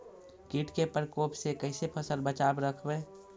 कीट के परकोप से कैसे फसल बचाब रखबय?